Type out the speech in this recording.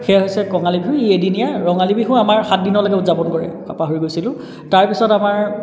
সেয়া হৈছে কঙালী বিহু ই এদিনীয়া ৰঙালী বিহু আমাৰ সাতদিনলৈকে উদযাপন কৰে ক'ব পাহৰি গৈছিলোঁ তাৰপিছত আমাৰ